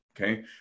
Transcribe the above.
okay